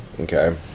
Okay